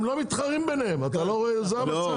הם לא מתחרים ביניהם, אתה לא רואה זה המצב.